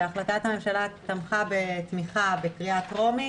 שהחלטת הממשלה תמכה בתמיכה בקריאה טרומית